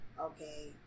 okay